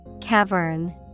Cavern